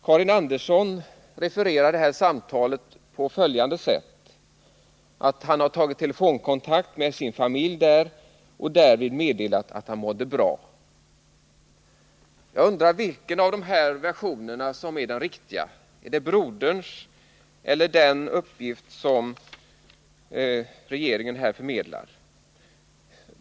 Karin Andersson refererar det här samtalet på följande sätt: ”Han har tagit telefonkontakt med sin familj där och har därvid meddelat att han mådde bra.” Jag undrar vilken av de här versionerna som är den riktiga. Är det broderns eller den som regeringen har förmedlat?